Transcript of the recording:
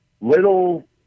little